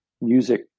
music